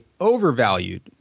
overvalued